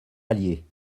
allier